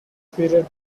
period